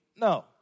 no